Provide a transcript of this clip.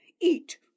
Eat